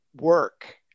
work